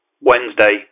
Wednesday